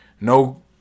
No